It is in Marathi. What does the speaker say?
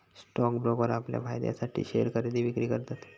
स्टॉक ब्रोकर आपल्या फायद्यासाठी शेयर खरेदी विक्री करतत